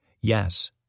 Yes